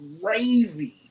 crazy